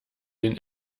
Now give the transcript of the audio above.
den